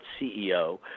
CEO